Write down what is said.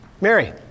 Mary